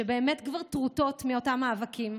שבאמת כבר טרוטות מאותם מאבקים,